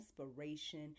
inspiration